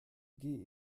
gehe